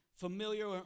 Familiar